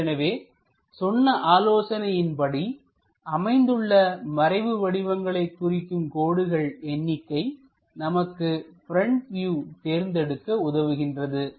ஏற்கனவே சொன்ன ஆலோசனையின்படி அமைந்துள்ள மறைவு வடிவங்களை குறிக்கும் கோடுகள் எண்ணிக்கை நமக்கு ப்ரெண்ட் வியூ தேர்ந்தெடுக்க உதவுகின்றது